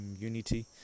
unity